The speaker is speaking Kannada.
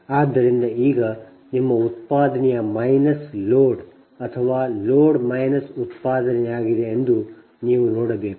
ಆದ್ದರಿಂದ ಈಗ ನಿಮ್ಮ ಉತ್ಪಾದನೆಯ ಮೈನಸ್ ಲೋಡ್ ಅಥವಾ ಲೋಡ್ ಮೈನಸ್ ಉತ್ಪಾದನೆಯಾಗಿದೆ ಎಂದು ನೀವು ನೋಡಬೇಕು